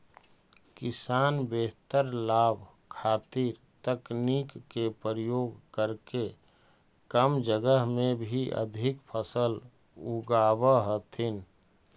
किसान बेहतर लाभ खातीर तकनीक के प्रयोग करके कम जगह में भी अधिक फसल उगाब हथिन